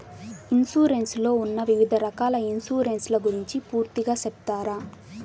Insurance లో ఉన్న వివిధ రకాల ఇన్సూరెన్సు ల గురించి పూర్తిగా సెప్తారా?